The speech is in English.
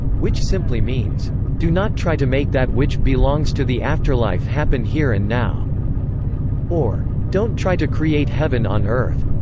which simply means do not try to make that which belongs to the afterlife happen here and now or don't try to create heaven on earth.